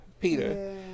Peter